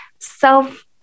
self